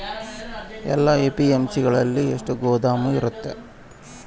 ಎಲ್ಲಾ ಎ.ಪಿ.ಎಮ್.ಸಿ ಗಳಲ್ಲಿ ಎಷ್ಟು ಗೋದಾಮು ಇರುತ್ತವೆ?